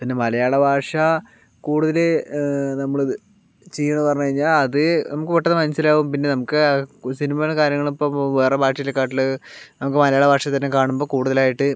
പിന്നെ മലയാളഭാഷ കൂടുതൽ നമ്മള് ഇത് ചെയ്യണം എന്ന് പറഞ്ഞു കഴിഞ്ഞാൽ അത് നമുക്ക് പെട്ടെന്ന് മനസ്സിലാവും പിന്നെ നമുക്ക് സിനിമയുടെ കാര്യങ്ങൾ ഇപ്പോൾ വേറെ ഭാഷേനെക്കാട്ടില് നമുക്ക് മലയാള ഭാഷയിൽ തന്നെ കാണുമ്പോൾ കൂടുതലായിട്ട്